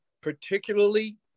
particularly